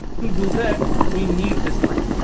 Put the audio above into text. to do that we need this line